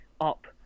up